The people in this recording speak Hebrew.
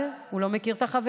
אבל הוא לא מכיר את החברים,